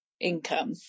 income